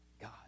God